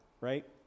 right